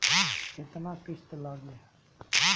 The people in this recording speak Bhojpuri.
केतना किस्त लागी?